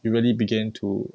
you really begin to